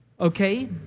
Okay